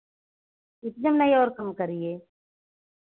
इतने में नहीं और कम करिए